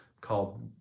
called